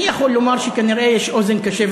אני יכול לומר שכנראה יש אוזן קשבת